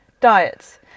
Diets